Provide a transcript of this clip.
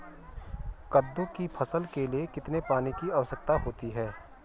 कद्दू की फसल के लिए कितने पानी की आवश्यकता होती है?